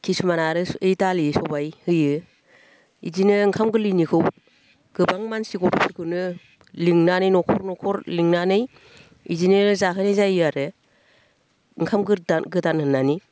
किसुमाना आरो ओइ दालि सबाय होयो इदिनो ओंखाम गोरलैनिखौ गोबां मानसि गथ'फोरखौनो लिंनानै न'खर न'खर लिंनानै इदिनो जाहोनाय जायो आरो ओंखाम गोदान होनानै